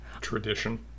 tradition